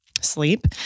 sleep